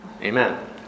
Amen